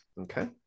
Okay